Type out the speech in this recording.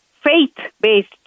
faith-based